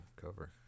cover